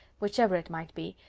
whichever it might be,